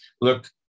Look